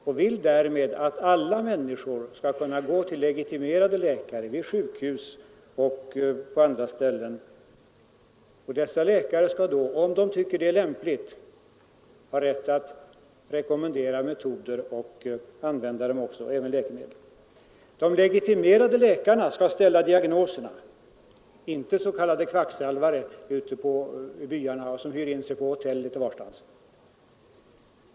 Vi vill därmed att alla människor skall kunna gå till legitimerade läkare — både på sjukhus och på andra ställen. Dessa läkare skall då ha rätt att, om de tycker att det är lämpligt, rekommendera dessa metoder och läkemedel — och använda dem också. De legitimerade läkarna skall ställa diagnoserna — inte s.k. kvacksalvare som finns ute i byarna och som hyr in sig på hotellrum litet varstans.